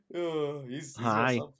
hi